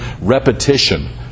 repetition